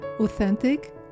authentic